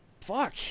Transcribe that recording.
fuck